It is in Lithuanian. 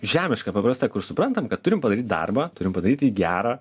žemiška paprasta kur suprantam kad turim padaryt darbą turim padaryt jį gerą